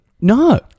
No